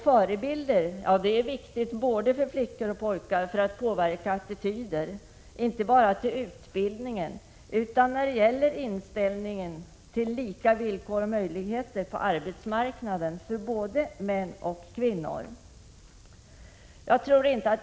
Förebilder är viktiga för både flickor och pojkar för att påverka attityder, inte bara till utbildningen utan också när det gäller inställningen till lika villkor och möjligheter på arbetsmarknaden för män och kvinnor.